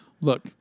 Look